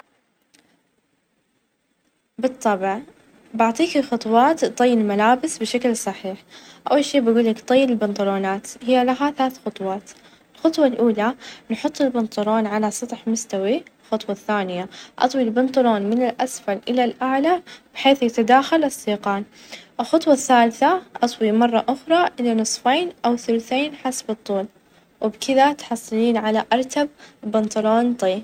عشان تحزم شنطتك بكفاءة، أول شي حط الأشياء الثقيلة في الأسفل، ثم لُف الملابس لحتى توفر مساحة. حط الأشياء الصغيرة في الجوانب أو بين الفراغات. استخدم أكياس صغيرة لترتيب الأدوات الشخصية. ولا تنسى ترافق الأغراض اللي تحتاجها بسرعة في الأعلى.